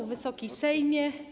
Wysoki Sejmie!